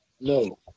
no